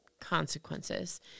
consequences